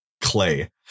clay